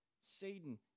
Satan